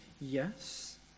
Yes